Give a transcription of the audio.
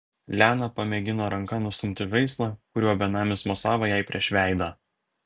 liana pamėgino ranka nustumti žaislą kuriuo benamis mosavo jai prieš veidą